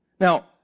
Now